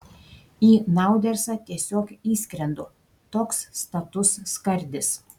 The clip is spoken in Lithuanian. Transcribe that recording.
į naudersą tiesiog įskrendu toks status skardis